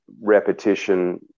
repetition